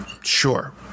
Sure